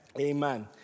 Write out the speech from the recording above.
Amen